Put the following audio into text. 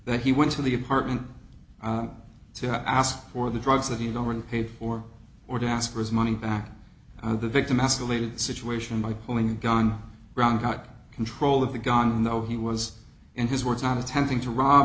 that he went to the apartment to ask for the drugs that he'd already paid for or to ask for his money back and the victim escalated the situation by pulling a gun around got control of the gun know he was in his words not attempting to rob